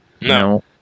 No